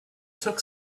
took